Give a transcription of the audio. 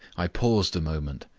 i paused a moment,